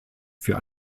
für